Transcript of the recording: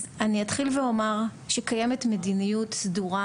אז אני אתחיל ואומר שקיימת מדיניות סדורה